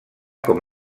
com